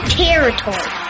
territory